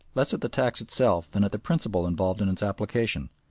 less at the tax itself than at the principle involved in its application.